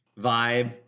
vibe